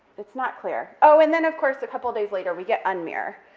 it's not clear. oh, and then of course, a couple of days later, we get unmeer,